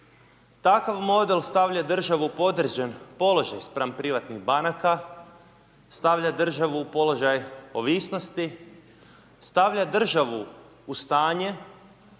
Takav model stavlja državu u podređen položaj spram privatnih banaka, stavlja državu u položaj ovisnosti, stavlja državu u stanje